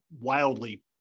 wildly